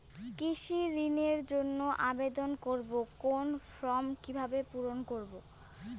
কৃষি ঋণের জন্য আবেদন করব কোন ফর্ম কিভাবে পূরণ করব?